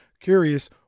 curious